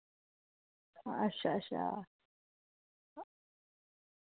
अच्छा अच्छा